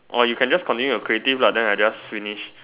or you can just continue with the creative lah then I just finish